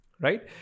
Right